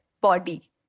body